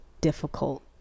difficult